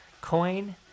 Coin